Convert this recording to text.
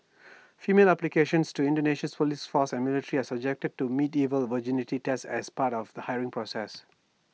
female applicants to Indonesia's Police force and military are subjected to medieval virginity tests as part of the hiring process